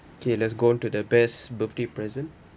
K let's go on to the best birthday present